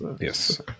Yes